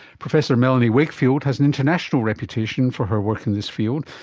professor melanie wakefield has an international reputation for her work in this field.